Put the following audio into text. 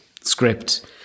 script